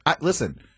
Listen